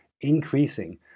increasing